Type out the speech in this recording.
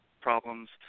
problems